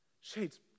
Shades